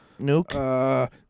Nuke